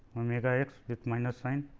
omega x with minus sign.